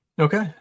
Okay